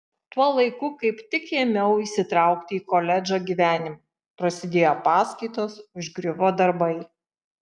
tuo laiku kaip tik ėmiau įsitraukti į koledžo gyvenimą prasidėjo paskaitos užgriuvo darbai